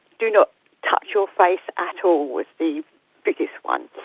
do not touch your face at all, was the biggest one.